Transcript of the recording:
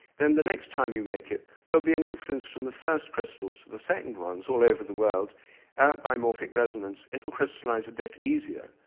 then the next time you make it, there'll be an influence from the first crystals to the second ones, all over the world by morphic resonance, it'll crystallise a bit easier.